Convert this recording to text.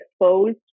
exposed